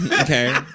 Okay